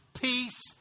Peace